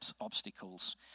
obstacles